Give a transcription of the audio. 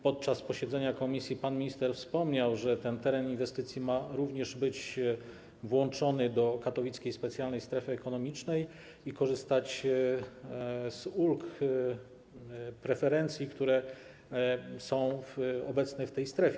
Podczas posiedzenia komisji pan minister wspomniał, że ten teren inwestycji również ma być włączony do Katowickiej Specjalnej Strefy Ekonomicznej i korzystać z ulg, preferencji, które są obecne w tej strefie.